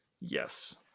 yes